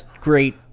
great